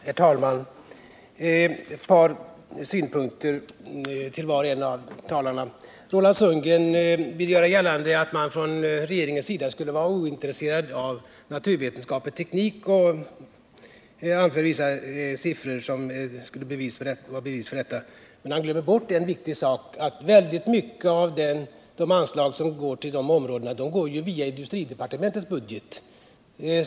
Herr talman! Ett par synpunkter till var och en av talarna. Roland Sundgren vill göra gällande att man från regeringens sida skulle vara ointresserad av naturvetenskap och teknik och anför vissa siffror som skulle vara bevis för detta. Men han glömmer bort en viktig sak, nämligen att stora delar av anslagen till dessa områden går via industridepartementets budget.